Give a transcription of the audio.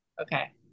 Okay